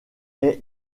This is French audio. est